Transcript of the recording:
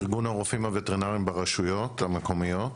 ארגון הרופאים הווטרינריים ברשויות המקומיות.